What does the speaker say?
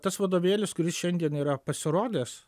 tas vadovėlis kuris šiandien yra pasirodęs